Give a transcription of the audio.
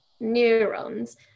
neurons